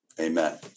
Amen